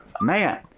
Man